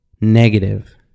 negative